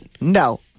No